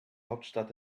hauptstadt